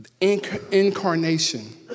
incarnation